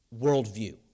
worldview